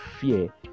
fear